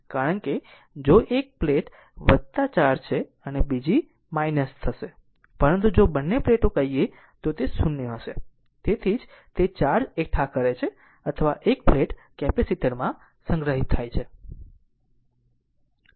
કારણ કે જો એક પ્લેટ ચાર્જ છે અને બીજી થશે પરંતુ જો બંને પ્લેટો કહે તો તે 0 હશે તેથી જ તે ચાર્જ એકઠા કરે છે અથવા એક પ્લેટ કેપેસિટર માં સંગ્રહિત થાય છે